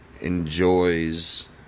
Enjoys